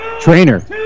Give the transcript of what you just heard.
Trainer